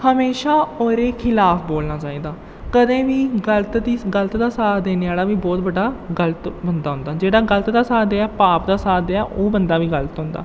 हमेशा ओह्दे खिलाफ बोलना चाहिदा कदें बी गल्त दी गल्त दा साथ देने आह्ला बी ब्हौत बड्डा गल्त बंदा होंदा जेह्ड़ा गल्त दा साथ देऐ पाप दा साथ देऐ ओह् बंदा बी गल्त होंदा